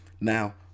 now